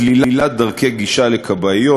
סלילת דרכי גישה לכבאיות,